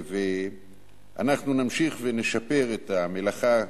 ואנחנו נמשיך ונשפר את המלאכה